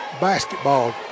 basketball